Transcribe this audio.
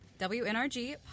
WNRG